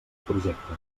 projecte